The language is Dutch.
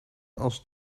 als